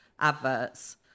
adverts